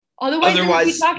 Otherwise